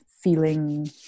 feeling